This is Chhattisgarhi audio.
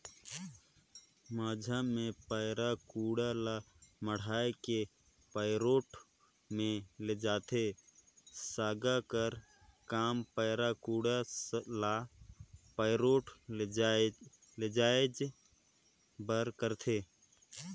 माझा मे पैरा कुढ़ा ल मढ़ाए के पैरोठ मे लेइजथे, सागा कर काम पैरा कुढ़ा ल पैरोठ लेइजे बर करथे